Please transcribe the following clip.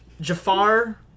Jafar